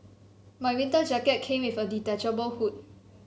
my winter jacket came with a detachable hood